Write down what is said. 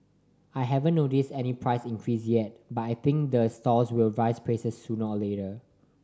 I haven't noticed any price increase yet but I think the stalls will raise prices sooner or later